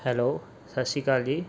hello ਸਤਿ ਸ਼੍ਰੀ ਅਕਾਲ ਜੀ